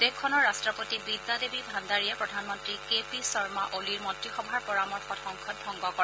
দেশখনৰ ৰাট্টপতি বিদ্যা দেৱী ভাণ্ডাৰীয়ে প্ৰধানমন্ত্ৰী কে পি শৰ্মা অলিৰ মন্ত্ৰীসভাৰ পৰামৰ্শত সংসদ ভংগ কৰে